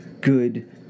good